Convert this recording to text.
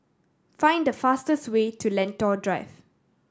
find the fastest way to Lentor Drive